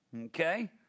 Okay